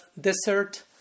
desert